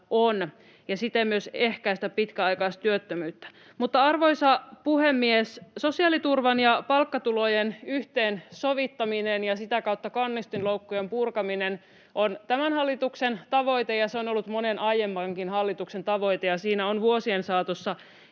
on, ja siten myös ehkäistä pitkäaikaistyöttömyyttä. Arvoisa puhemies! Sosiaaliturvan ja palkkatulojen yhteensovittaminen ja sitä kautta kannustinloukkujen purkaminen on tämän hallituksen tavoite, ja se on ollut monen aiemmankin hallituksen tavoite, ja siinä on vuosien saatossa